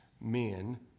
men